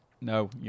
No